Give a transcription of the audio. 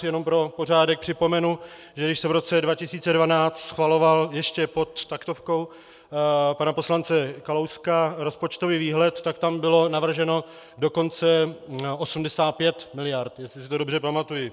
Jenom pro pořádek připomenu, že když se v roce 2012 schvaloval ještě pod taktovkou pana poslance Kalouska rozpočtový výhled, tak tam bylo navrženo dokonce 85 mld., jestli si to dobře pamatuji.